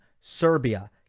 Serbia